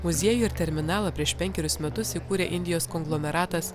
muziejų ir terminalą prieš penkerius metus įkūrė indijos konglomeratas